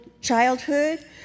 childhood